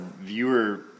viewer